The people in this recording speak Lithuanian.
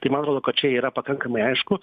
tai man atrodo kad čia yra pakankamai aišku